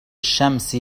الشمس